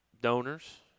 donors